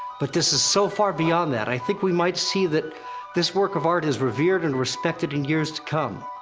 but this is so far beyond that. i think we might see that this work of art is revered and respected in years to come.